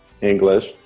English